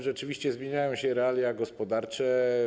Rzeczywiście zmieniają się realia gospodarcze.